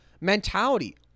mentality